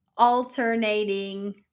alternating